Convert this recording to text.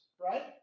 right